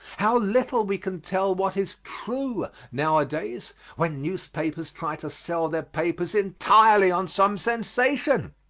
how little we can tell what is true nowadays when newspapers try to sell their papers entirely on some sensation!